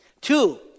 Two